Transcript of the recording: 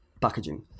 packaging